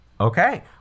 Okay